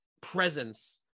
presence